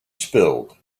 spilled